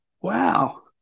Wow